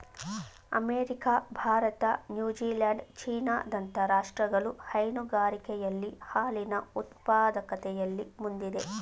America, Bharat, New Zealand, China ದಂತ ರಾಷ್ಟ್ರಗಳು ಹೈನುಗಾರಿಕೆಯಲ್ಲಿ ಹಾಲಿನ ಉತ್ಪಾದಕತೆಯಲ್ಲಿ ಮುಂದಿದೆ